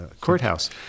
courthouse